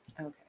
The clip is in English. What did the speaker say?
Okay